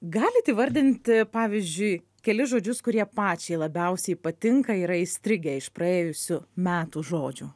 galit įvardinti pavyzdžiui kelis žodžius kurie pačiai labiausiai patinka yra įstrigę iš praėjusių metų žodžių